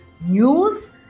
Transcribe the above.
news